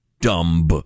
dumb